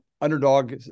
underdog